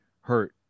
hurt